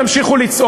מה אתה מתרגש?